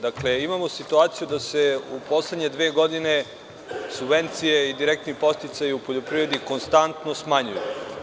Dakle, imamo situaciju da se u poslednje dve godine subvencije i direktni podsticaji u poljoprivredi konstantno smanjuju.